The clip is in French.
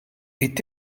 est